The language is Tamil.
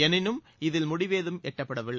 எனினும் இதில் முடிவு ஏதம் எட்டப்படவில்லை